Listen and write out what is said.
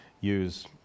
use